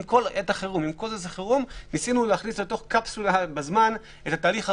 עם כל זה שזו עת חירום ניסינו להכניס לתוך קפסולה בזמן את התהליך הרגיל.